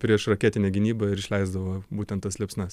priešraketinė gynyba ir išleisdavo būtent tas liepsnas